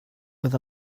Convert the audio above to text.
with